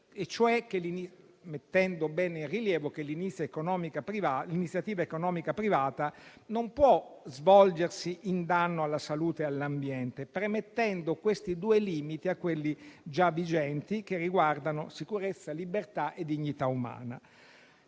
41, mettendo bene in rilievo che l'iniziativa economica privata non può svolgersi in danno alla salute e all'ambiente, premettendo questi due limiti a quelli già vigenti che riguardano la sicurezza, la libertà e la dignità umana.